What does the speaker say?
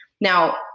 Now